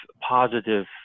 positive